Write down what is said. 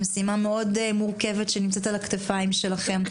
משימה מאוד מורכבת שנמצאת על הכתפיים שלכם.